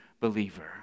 believer